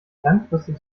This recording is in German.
langfristig